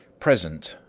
present,